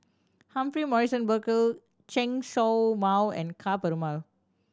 Humphrey Morrison Burkill Chen Show Mao and Ka Perumal